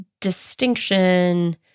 distinction